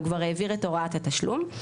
הוא כבר העביר את הוראת התשלום,